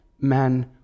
Men